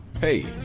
hey